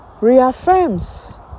reaffirms